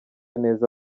neza